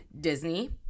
Disney